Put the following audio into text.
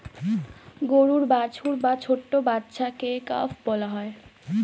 গরুর বাছুর বা ছোট্ট বাচ্ছাকে কাফ বলা হয়